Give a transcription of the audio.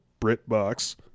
BritBox